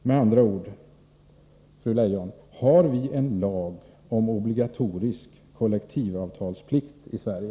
Med andra ord, fru Leijon: Har vi en lag om obligatorisk kollektivavtalsplikt i Sverige?